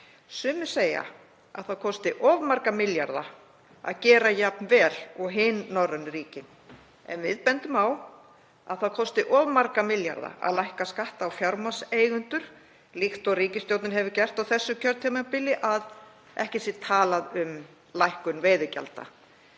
Sumir segja að það kosti of marga milljarða að gera jafn vel og hin norrænu ríkin, en við bendum á að það kosti of marga milljarða að lækka skatta á fjármagnseigendur, líkt og ríkisstjórnin hefur gert á þessu kjörtímabili, að ekki sé talað um lækkun veiðigjalda.